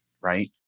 right